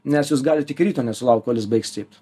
nes jūs galit iki ryto nesulaukt kol jis baigs cypt